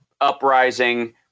uprising